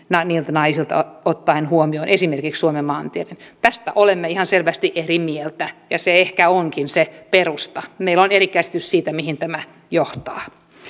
naisilta ottaen huomioon esimerkiksi suomen maantiedon tästä olemme ihan selvästi eri mieltä ja se ehkä onkin se perusta meillä on eri käsitys siitä mihin tämä johtaa